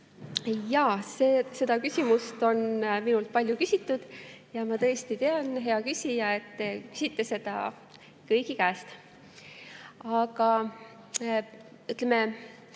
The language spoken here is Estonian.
Seda küsimust on minult palju küsitud. Ja ma tõesti tean, hea küsija, et te küsite seda kõigi käest. Aga mis